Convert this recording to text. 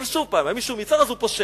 אבל שוב פעם, היה מישהו מיצהר, אז הוא פושע.